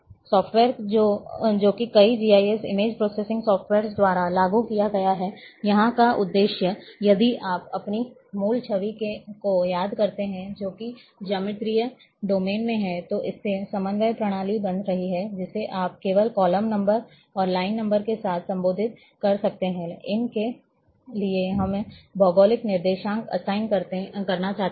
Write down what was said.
software जो कि कई जीआईएस इमेज प्रोसेसिंग सॉफ्टवेयर्स द्वारा लागू किया गया है यहां का उद्देश्य यदि आप अपनी मूल छवि को याद करते हैं जो कि ज्यामितीय डोमेन में है तो इससे समन्वय प्रणाली बन रही है जिसे आप केवल कॉलम नंबर और लाइन नंबर के साथ संबोधित कर सकते हैं इन के लिए हम भौगोलिक निर्देशांक असाइन करना चाहते हैं